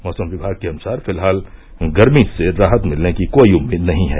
मौसम विभाग के अनुसार फिलहाल गर्मी से राहत मिलने की कोई उम्मीद नही है